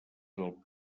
del